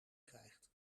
krijgt